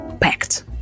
Packed